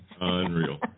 Unreal